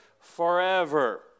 forever